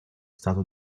stato